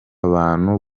abantu